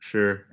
Sure